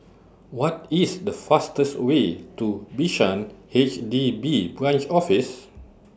What IS The fastest Way to Bishan H D B Branch Office